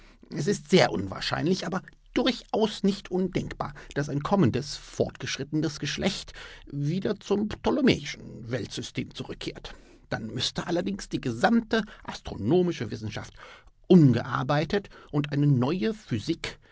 es ist sehr unwahrscheinlich aber durchaus nicht undenkbar daß ein kommendes fortgeschritteneres gechlecht wieder zum ptolomäischen weltsystem zurückkehrt dann müßte allerdings die gesamte astronomische wissenschaft umgearbeitet und eine neue physik